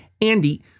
Andy